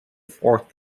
fourth